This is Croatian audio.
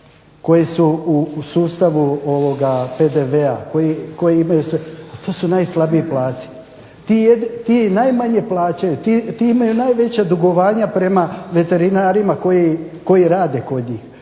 koji su u sustavu PDV-a, koji imaju sve. To su najslabiji platci. Ti najmanje plaćaju. Ti imaju najveća dugovanja prema veterinarima koji rade kod njih.